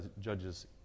judges